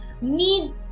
need